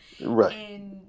right